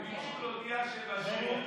הם ביקשו להודיע שהם משכו את כל ההסתייגויות.